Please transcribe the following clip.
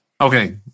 Okay